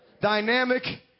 dynamic